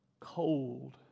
Cold